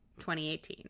2018